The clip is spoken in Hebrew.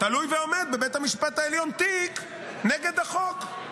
תלוי ועומד בבית המשפט העליון תיק נגד החוק.